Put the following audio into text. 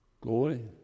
Glory